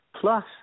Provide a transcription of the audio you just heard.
plus